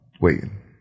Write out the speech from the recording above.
waiting